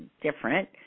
different